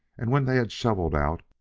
and, when they had shoveled out,